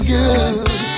good